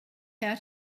how